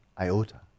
iota